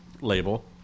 label